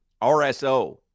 RSO